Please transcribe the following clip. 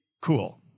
cool